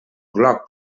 gloc